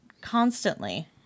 constantly